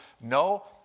No